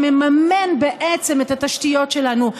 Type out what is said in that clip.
שמממן בעצם את התשתיות שלנו,